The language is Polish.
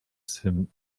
swym